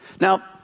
Now